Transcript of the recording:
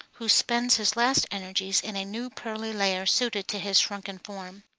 who spends his last energies in a new pearly layer suited to his shrunken form.